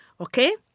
okay